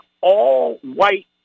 all-white